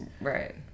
right